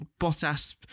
Bottas